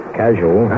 casual